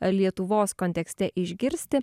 lietuvos kontekste išgirsti